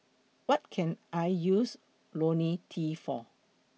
What Can I use Ionil T For